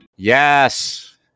Yes